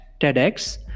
TEDx